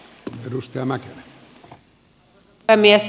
arvoisa puhemies